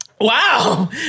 Wow